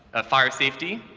a fire-safety,